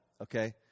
okay